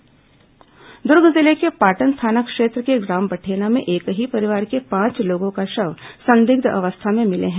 दुर्ग मौत दुर्ग जिले के पाटन थाना क्षेत्र के ग्राम बठेना में एक ही परिवार के पांच लोगों के शव संदिग्ध अवस्था में मिले हैं